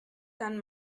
dann